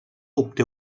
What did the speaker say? obté